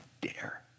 dare